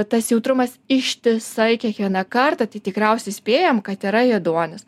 tas jautrumas ištisai kiekvieną kartą tai tikriausiai spėjam kad yra ėduonis